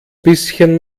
bisschen